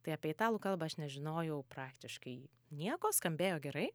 tai apie italų kalbą aš nežinojau praktiškai nieko skambėjo gerai